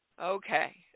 Okay